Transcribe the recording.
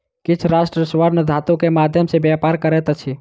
किछ राष्ट्र स्वर्ण धातु के माध्यम सॅ व्यापार करैत अछि